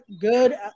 good